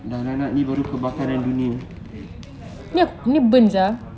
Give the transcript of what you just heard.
no no not ini baru kebakaran dunia